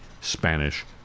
Spanish